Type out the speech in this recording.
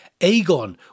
Aegon